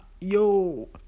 yo